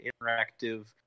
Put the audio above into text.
interactive